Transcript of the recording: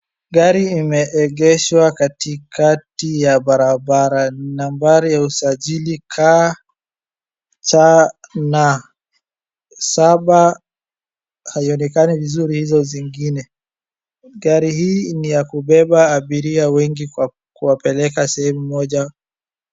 Gari imeegeshwa katikati ya barabara. Nambari ya usajili KCN saba, haionekani vizuri hizo zingine. Gari hii ni ya kubeba abiria wengi kwa kuwapeleka sehemu moja.